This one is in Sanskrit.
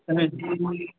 समीचीनं